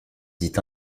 dit